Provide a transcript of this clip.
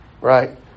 right